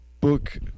book